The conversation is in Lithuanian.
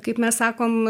kaip mes sakom